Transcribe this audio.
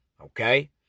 Okay